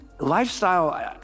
lifestyle